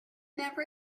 never